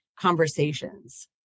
conversations